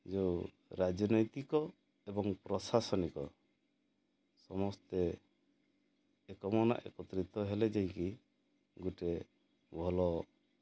ଯୋଉ ରାଜନୈତିକ ଏବଂ ପ୍ରଶାସନିକ ସମସ୍ତେ ଏକମନା ଏକତ୍ରିତ ହେଲେ ଯାଇକି ଗୋଟେ ଭଲ